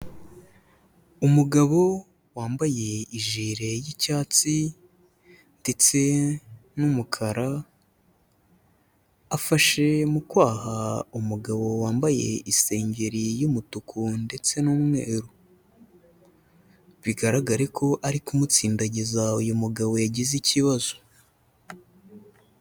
Umugabo wambaye ijire y'icyatsi ndetse n'umukara, afashe mu kwaha umugabo wambaye isengeri w'umutuku ndetse n'umweru, bigaragare ko ari kumutsindagiza uyu mugabo yagize ikibazo.